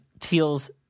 feels